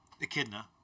Echidna